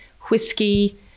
whiskey